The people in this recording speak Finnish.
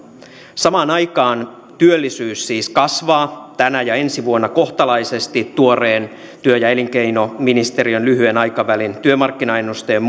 samaan aikaan työllisyys siis kasvaa tänä ja ensi vuonna kohtalaisesti tuoreen työ ja elinkeinoministeriön lyhyen aikavälin työmarkkinaennusteen